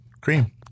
cream